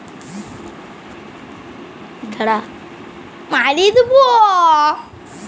sprinkler পদ্ধতি হচ্যে সই লিয়ম যেখানে ফসলের ওপর পানি ছড়ান হয়